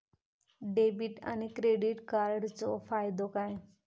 Debit आणि credit कार्डचो फायदो काय?